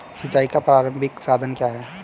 सिंचाई का प्रारंभिक साधन क्या है?